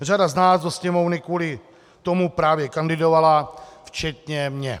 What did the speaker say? Řada z nás do Sněmovny kvůli tomu právě kandidovala, včetně mě.